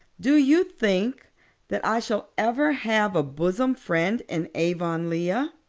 do you think that i shall ever have a bosom friend in avonlea? a